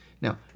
Now